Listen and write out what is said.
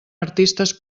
artistes